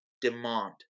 demand